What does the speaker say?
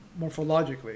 morphologically